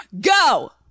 go